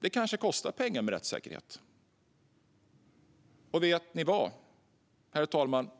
rättssäkerhet kanske kostar pengar. Och vet herr talmannen vad?